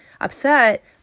upset